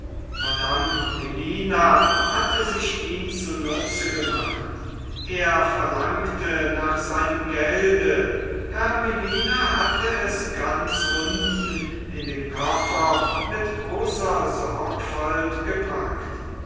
madame melina hatte sich ihn zunutze gemacht er verlangte nach seinem gelde herr melina hatte es ganz unten in den koffer mit großer sorgfalt gepackt